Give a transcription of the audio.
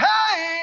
Hey